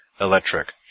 electric